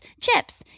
Chips